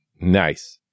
Nice